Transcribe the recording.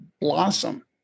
blossom